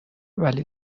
ولی